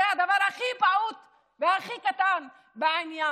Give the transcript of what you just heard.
זה הדבר הכי פעוט והכי קטן בעניין,